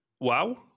Wow